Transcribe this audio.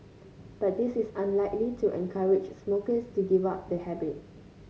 but this is unlikely to encourage smokers to give up the habit